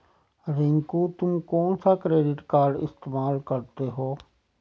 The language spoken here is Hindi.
रिंकू तुम कौन सा क्रेडिट कार्ड इस्तमाल करते हो?